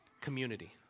community